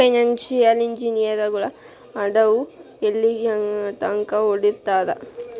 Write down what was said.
Financial ಇಂಜಿನಿಯರಗಳು ಆದವ್ರು ಯೆಲ್ಲಿತಂಕಾ ಓದಿರ್ತಾರ?